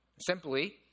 Simply